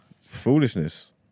Foolishness